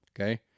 Okay